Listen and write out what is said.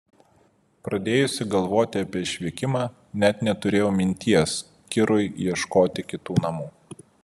pradėjusi galvoti apie išvykimą net neturėjau minties kirui ieškoti kitų namų